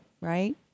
Right